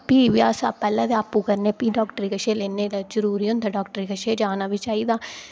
फ्ही बी अस पैह्ले ते आपूं करने ते फ्ही डाक्टर कश लेन्ने जरूरी होंदा डाक्टर कश जाना बी चाहिदा